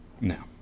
No